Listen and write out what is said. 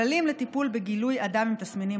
כללים לטיפול בגילוי אדם עם תסמינים